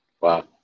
Wow